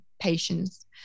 patients